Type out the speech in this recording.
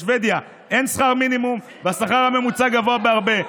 בשבדיה אין שכר מינימום, והשכר הממוצע גבוה בהרבה.